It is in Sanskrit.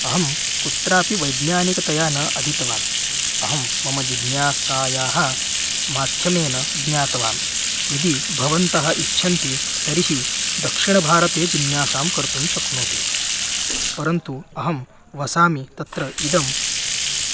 अहं कुत्रापि वैज्ञानिकतया न अधीतवान् अहं मम जिज्ञासायाः माध्यमेन ज्ञातवान् यदि भवन्तः इच्छन्ति तर्हि दक्षिणभारते जिज्ञासां कर्तुं शक्नोति परन्तु अहं वसामि तत्र इदं